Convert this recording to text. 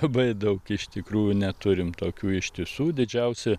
labai daug iš tikrųjų neturim tokių ištisų didžiausi